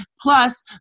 Plus